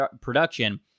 production